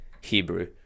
Hebrew